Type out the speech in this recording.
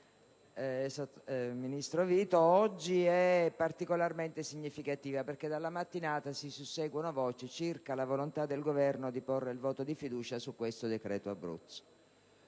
naturalmente, e oggi è particolarmente significativa perché dalla mattinata si susseguono voci circa la volontà del Governo di porre il voto di fiducia sul decreto-legge